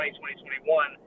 2021